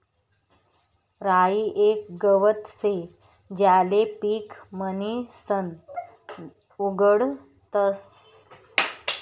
राई येक गवत शे ज्याले पीक म्हणीसन उगाडतस